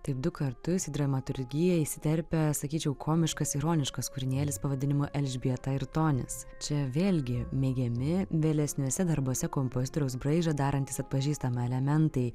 tik du kartus į dramaturgiją įsiterpia sakyčiau komiškas ironiškas kūrinėlis pavadinimu elžbieta ir tonis čia vėlgi mėgiami vėlesniuose darbuose kompozitoriaus braižą darantys atpažįstami elementai